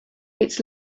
its